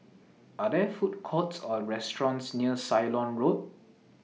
Are There Food Courts Or restaurants near Ceylon Road